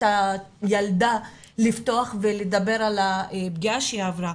הילדה לפתוח ולדבר על הפגיעה שהיא עברה,